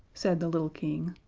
said the little king,